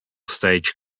stage